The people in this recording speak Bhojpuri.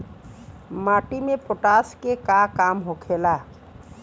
माटी में पोटाश के का काम होखेला?